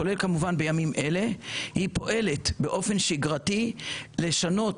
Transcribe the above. כולל כמובן בימים אלה היא פועלת באופן שגרתי לשנות